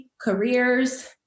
careers